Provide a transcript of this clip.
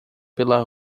pela